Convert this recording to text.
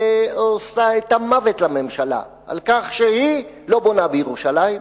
ועושה את המוות לממשלה על כך שהיא לא בונה בירושלים,